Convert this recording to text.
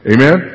Amen